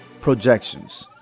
Projections